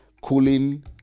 cooling